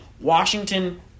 Washington